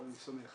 אבל אני שמח.